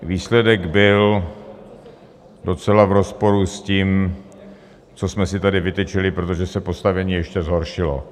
Výsledek byl docela v rozporu s tím, co jsme si tady vytyčili, protože se postavení ještě zhoršilo.